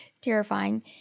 terrifying